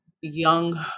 young